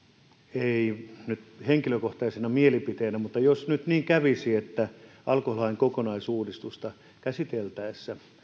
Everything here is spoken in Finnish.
ei nyt henkilökohtaisena mielipiteenä jos nyt niin kävisi että alkoholilain kokonaisuudistusta käsiteltäessä